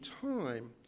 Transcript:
time